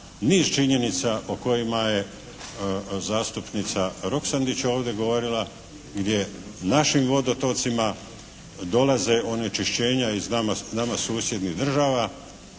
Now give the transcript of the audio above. niz činjenica o kojima je zastupnica Roksandić ovdje govorila gdje našim vodotocima dolaze onečišćenja iz nama susjednih država